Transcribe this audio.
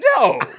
no